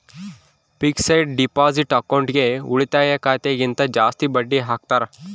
fixed deposit ಅಕೌಂಟ್ಗೆ ಉಳಿತಾಯ ಖಾತೆ ಗಿಂತ ಜಾಸ್ತಿ ಬಡ್ಡಿ ಹಾಕ್ತಾರ